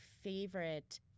favorite